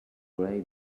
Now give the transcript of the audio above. gray